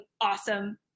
awesome